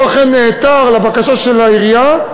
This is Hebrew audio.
הוא אכן נעתר לבקשה של העירייה,